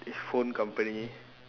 it's phone company